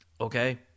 Okay